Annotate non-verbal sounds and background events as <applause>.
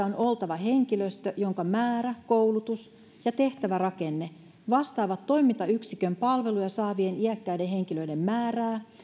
<unintelligible> on oltava henkilöstö jonka määrä koulutus ja tehtävärakenne vastaavat toimintayksikön palveluja saavien iäkkäiden henkilöiden määrää